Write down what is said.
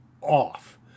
off